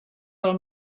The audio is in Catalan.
del